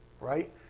right